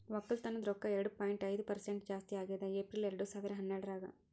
ಒಕ್ಕಲತನದ್ ರೊಕ್ಕ ಎರಡು ಪಾಯಿಂಟ್ ಐದು ಪರಸೆಂಟ್ ಜಾಸ್ತಿ ಆಗ್ಯದ್ ಏಪ್ರಿಲ್ ಎರಡು ಸಾವಿರ ಹನ್ನೆರಡರಾಗ್